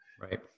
Right